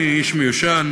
אני איש מיושן,